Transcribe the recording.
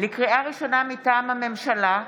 לקריאה ראשונה מטעם הממשלה: